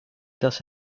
does